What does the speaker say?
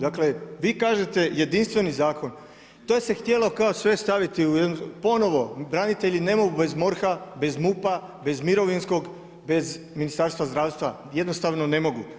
Dakle vi kažete jedinstveni zakon, to se htjelo sve kao staviti ponovo branitelji ne mogu bez MORH-a, bez MUP-a, bez mirovinskog, bez Ministarstva zdravstva jednostavno ne mogu.